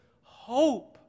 hope